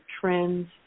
trends